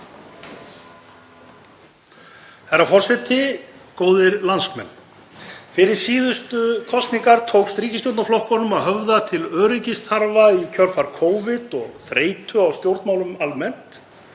Herra forseti. Góðir landsmenn. Fyrir síðustu kosningar tókst ríkisstjórnarflokkunum að höfða til öryggisþarfa í kjölfar Covid og þreytu á stjórnmálum almennt